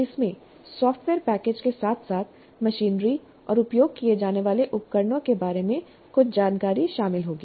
इसमें software package के साथ साथ मशीनरी और उपयोग किए जाने वाले उपकरणों के बारे में कुछ जानकारी शामिल होगी